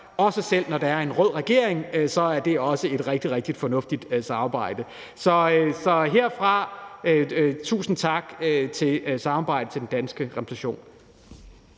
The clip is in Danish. også selv når der er en rød regering, er det et rigtig, rigtig fornuftigt samarbejde. Så herfra tusind tak for samarbejdet til den danske repræsentation.